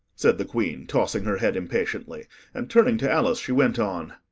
said the queen, tossing her head impatiently and, turning to alice, she went on,